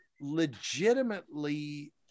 legitimately